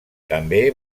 també